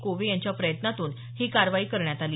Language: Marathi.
कोवे यांच्या प्रयत्नातून ही कार्यवाही करण्यात आली